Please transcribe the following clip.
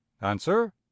Answer